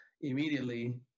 immediately